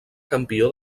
campió